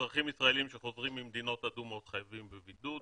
-- אזרחים ישראלים שחוזרים ממדינות אדומות חייבים בבידוד.